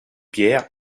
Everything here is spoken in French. pierres